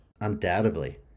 undoubtedly